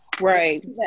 Right